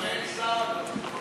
גם אין שר, אדוני.